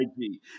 IG